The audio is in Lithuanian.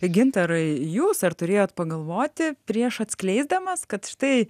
gintarai jūs ar turėjot pagalvoti prieš atskleisdamas kad štai